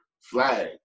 flag